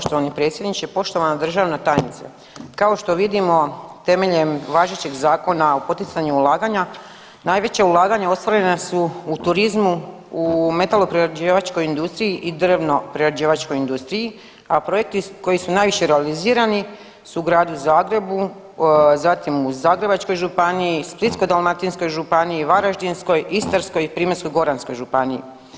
Hvala poštovani predsjedniče, poštovana državna tajnice, kao što vidimo, temeljem važećeg Zakona o poticanju ulaganja najveća ulaganja ostvarena su u turizmu, u metaloprerađivačkoj industriji i drvoprerađivačkoj industriji, a projekti koji su najviše realizirani su u Gradu Zagrebu, zatim u Zagrebačkoj županiji, Splitsko-dalmatinskoj županiji, Varaždinskoj, Istarskoj i Primorsko-goranskoj županiji.